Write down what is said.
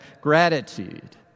gratitude